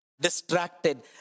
distracted